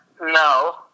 no